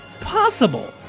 possible